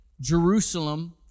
Jerusalem